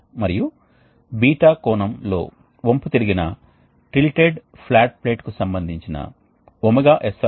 కాబట్టి అవి రెండూ కౌంటర్ కరెంట్ హీట్ ఎక్స్ఛేంజర్లు మరియు హీట్ ఎక్స్ఛేంజర్స్ రెండింటిలోనూ మొత్తం 3 ద్రవాల కోసం సరళంగా ఉండే ఉష్ణోగ్రత మార్పు ఉంటుంది